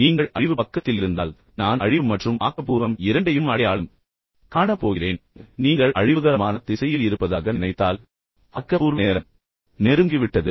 நீங்கள் அழிவு பக்கத்தில் இருந்தால் நான் அழிவு மற்றும் ஆக்கபூர்வம் இரண்டையும் அடையாளம் காணப் போகிறேன் நீங்கள் அழிவுகரமான திசையில் இருப்பதாக நினைத்தால் நீங்கள் ஆக்கபூர்வமான நிலைக்கு வரும் நேரம் நெருங்கிவிட்டது